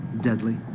deadly